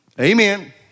Amen